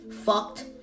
fucked